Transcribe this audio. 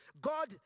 God